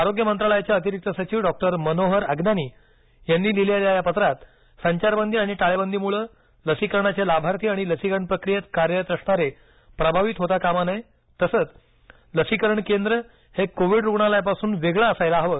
आरोग्य मंत्रालयाचे अतिरिक्त सचिव डॉक्टर मनोहर अगनानी यांनी लिहिलेल्या या पत्रात संचारबंदी आणि टाळेबंदीमुळं लसीकरणाचे लाभार्थी आणि लसीकरण प्रक्रियेत कार्यरत असणारे प्रभावित होता कामा नये तसंच लसीकरण केंद्र हे कोविड रुग्णालयापासून वेगळं असायला हवं